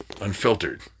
Unfiltered